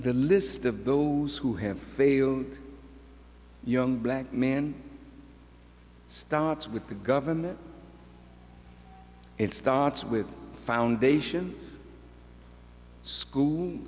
the list of those who have failed young black man starts with the government it starts with foundation school